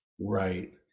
Right